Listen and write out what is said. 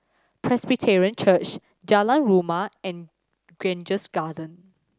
Presbyterian Church Jalan Rumia and Grange Garden